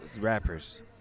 rappers